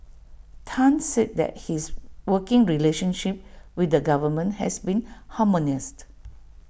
Tan said that his working relationship with the government has been harmonious